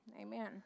Amen